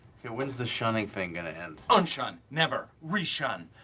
when's the shunning thing gonna end? unshun. never. reshun.